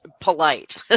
polite